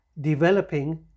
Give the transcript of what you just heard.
developing